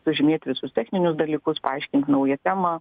sužymėt visus techninius dalykus paaiškint naują temą